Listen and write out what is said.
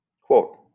Quote